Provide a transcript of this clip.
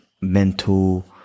mental